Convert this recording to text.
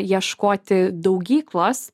ieškoti daugyklos